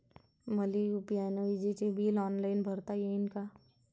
मले यू.पी.आय न विजेचे बिल ऑनलाईन भरता येईन का?